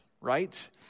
right